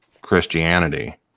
Christianity